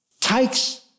takes